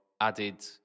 added